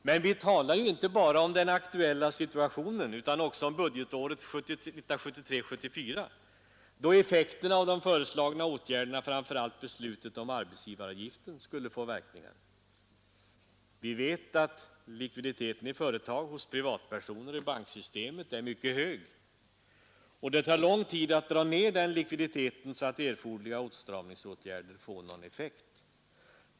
Men vi talar ju inte bara om den aktuella situationen utan också om budgetåret 1973/74, då effekterna av de föreslagna åtgärderna framför allt beslutet om arbetsgivaravgiften skulle få verkningar. Vi vet att likviditeten i företag, hos privatpersoner och i banksystemet är mycket hög och att det tar lång tid att dra ner den likviditeten så att erforderliga åtstramningsåtgärder får någon effekt.